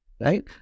Right